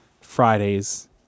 Fridays